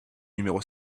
numéro